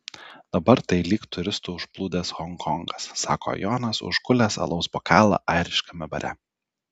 dabar tai lyg turistų užplūdęs honkongas sako jonas užgulęs alaus bokalą airiškame bare